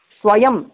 Swayam